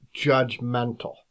judgmental